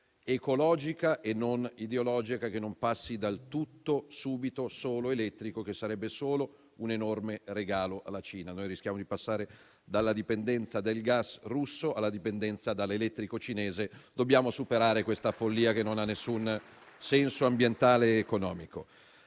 ecologica e non ideologica, che non passi dal "tutto subito, solo elettrico", che sarebbe solo un enorme regalo alla Cina. Rischiamo di passare dalla dipendenza dal gas russo a quella dall'elettrico cinese: dobbiamo superare questa follia, che non ha alcun senso ambientale ed economico.